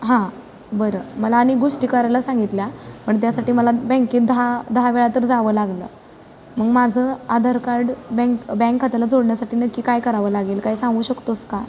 हां बरं मला अनेक गोष्टी करायला सांगितल्या पण त्यासाठी मला बँकेत दहा दहा वेळा तर जावं लागलं मग माझं आधार कार्ड बँक बँक खात्याला जोडण्यासाठी नक्की काय करावं लागेल काय सांगू शकतोस का